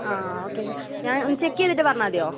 ആ okay sir ഞാൻ ഒന്ന് ചെക്ക് ചെയ്തിട്ട് പറഞ്ഞാൽ മതിയോ